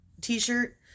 t-shirt